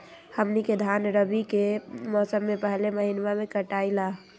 हमनी के धान रवि के मौसम के पहले महिनवा में कटाई ला